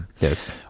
Yes